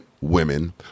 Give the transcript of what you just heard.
women